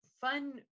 fun